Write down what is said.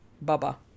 Baba